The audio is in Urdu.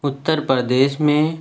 اتّر پردیش میں